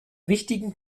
wichtigen